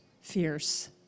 fierce